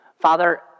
Father